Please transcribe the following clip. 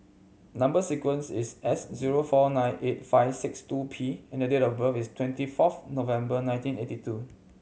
number sequence is S zero four nine eight five six two P and the date of birth is twenty fourth November nineteen eighty two